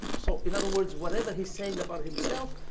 so in other words, whatever he's saying about himself,